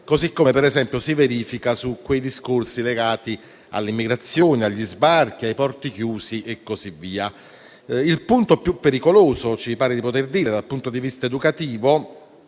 così come per esempio si verifica su quei discorsi legati all'immigrazione, agli sbarchi, ai porti chiusi e così via. Il punto più pericoloso, dal punto di vista educativo,